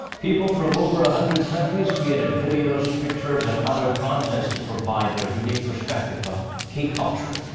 people from over a hundred countries created videos, pictures, and other content to provide their unique perspective of k culture.